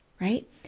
right